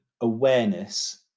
awareness